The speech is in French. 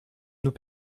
nous